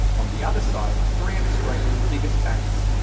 on the other side, three of australia's biggest banks.